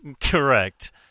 Correct